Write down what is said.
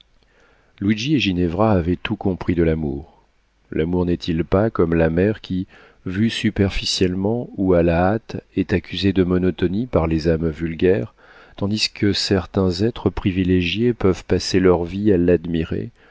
luigi et ginevra avaient tout compris de l'amour l'amour n'est-il pas comme la mer qui vue superficiellement ou à la hâte est accusée de monotonie par les âmes vulgaires tandis que certains êtres privilégiés peuvent passer leur vie à l'admirer